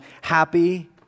happy